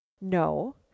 no